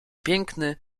piękny